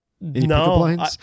No